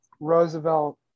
Roosevelt